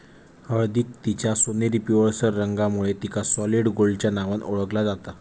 हळदीक तिच्या सोनेरी पिवळसर रंगामुळे तिका सॉलिड गोल्डच्या नावान ओळखला जाता